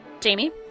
Jamie